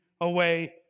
away